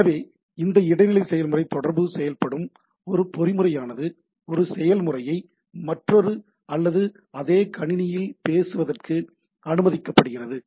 எனவே இந்த இடைநிலை செயல்முறை தொடர்பு செயல்படும் ஒரு பொறிமுறையானது ஒரு செயல்முறையை மற்றொரு அல்லது அதே கணினியில் பேசுவதற்கு அனுமதிக்கப் பயன்படுகிறது